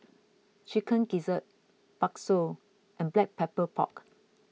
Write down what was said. Chicken Gizzard Bakso and Black Pepper Pork